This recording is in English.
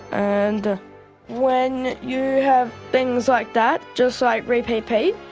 and when you have things like that, just like repeat pete,